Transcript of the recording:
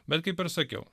bet kaip ir sakiau